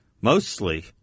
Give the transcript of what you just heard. mostly